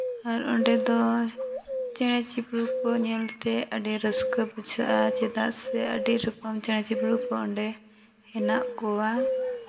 ᱟᱨ ᱚᱸᱰᱮ ᱫᱚ ᱪᱮᱬᱮ ᱪᱤᱯᱨᱩᱫ ᱠᱚ ᱧᱮᱞᱛᱮ ᱟᱹᱰᱤ ᱨᱟᱹᱥᱠᱟᱹ ᱵᱩᱡᱷᱟᱹᱜᱼᱟ ᱪᱮᱫᱟᱜ ᱥᱮ ᱟᱹᱰᱤ ᱨᱚᱠᱚᱢ ᱪᱮᱬᱮ ᱪᱤᱯᱨᱩᱫ ᱠᱚ ᱚᱸᱰᱮ ᱦᱮᱱᱟᱜ ᱠᱚᱣᱟ